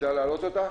אפשר להעלות אותה?